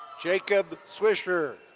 jacob swisher.